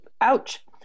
ouch